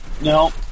No